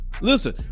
Listen